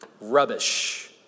Rubbish